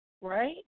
right